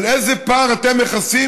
על איזה פער אתם מכסים?